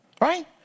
right